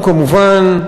ואנחנו כמובן,